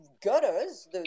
gutters